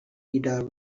guitar